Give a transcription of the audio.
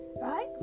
right